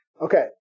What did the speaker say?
Okay